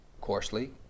coarsely